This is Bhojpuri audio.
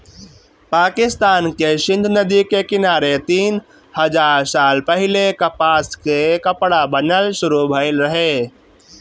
पाकिस्तान के सिंधु नदी के किनारे तीन हजार साल पहिले कपास से कपड़ा बनल शुरू भइल रहे